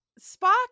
Spock